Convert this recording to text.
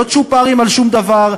לא צ'ופרים על שום דבר.